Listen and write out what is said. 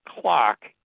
clock